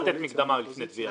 אי אפשר לתת מקדמה לפני תביעה.